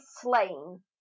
slain